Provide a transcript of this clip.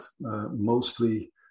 mostly